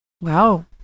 wow